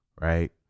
right